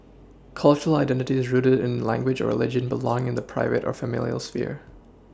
cultural identities rooted in language or religion belong in the private or familial sphere